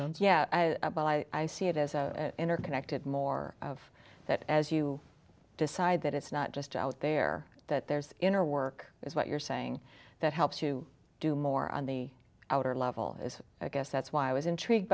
sense yeah i see it as a interconnected more of that as you decide that it's not just out there that there's inner work is what you're saying that helps to do more on the outer level as i guess that's why i was intrigued